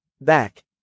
Back